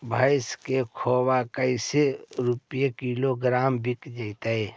भैस के खोबा कैसे रूपये किलोग्राम बिक जइतै?